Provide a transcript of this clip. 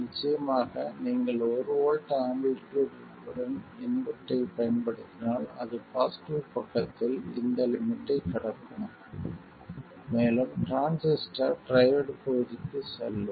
நிச்சயமாக நீங்கள் ஒரு வோல்ட் ஆம்ப்ளிடியூட் உடன் இன்புட்டைப் பயன்படுத்தினால் அது பாசிட்டிவ் பக்கத்தில் இந்த லிமிட்டை கடக்கும் மேலும் டிரான்சிஸ்டர் ட்ரையோட் பகுதிக்கு செல்லும்